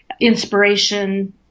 inspiration